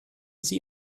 sie